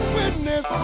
witness